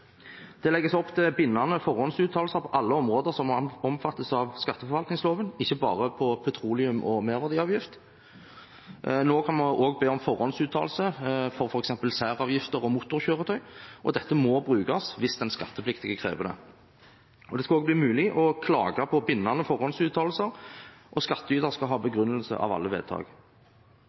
Det legges opp til bindende forhåndsuttalelser på alle områder som omfattes av skatteforvaltningsloven, ikke bare på petroleum og merverdiavgift. Nå kan vi også be om forhåndsuttalelse for f.eks. særavgifter og motorkjøretøy, og dette må brukes hvis den skattepliktige krever det. Det skal også bli mulig å klage på bindende forhåndsuttalelser, og skattyter skal ha begrunnelse av alle vedtak.